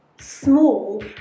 small